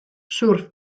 surf